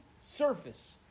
surface